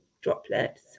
droplets